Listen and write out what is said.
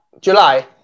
July